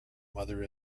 mother